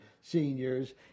seniors